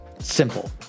simple